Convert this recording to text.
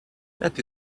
that